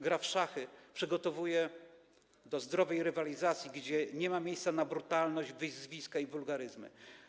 Gra w szachy przygotowuje do zdrowej rywalizacji, gdzie nie ma miejsca na brutalność, wyzwiska i wulgaryzmy.